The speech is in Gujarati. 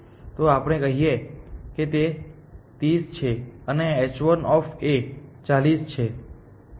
તો આપણે કહીએ કે તે 30 છે અને h1 40 છે